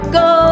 go